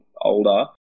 older